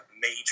major